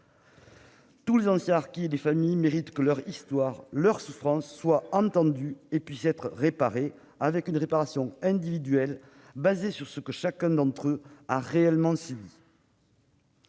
Tous les anciens harkis et leurs familles méritent que leur histoire et leurs souffrances soient entendues et bénéficient d'une réparation individuelle, fondée sur ce que chacun d'entre eux a réellement subi.